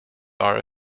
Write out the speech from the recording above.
are